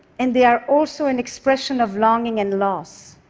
and they are also an expression of longing and loss.